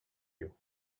you